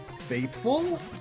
faithful